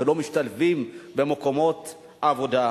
ולא משתלבים במקומות עבודה.